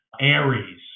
Aries